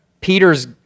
Peter's